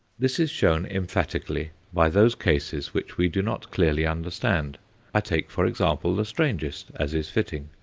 this is shown emphatically by those cases which we do not clearly understand i take for example the strangest, as is fitting.